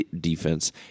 defense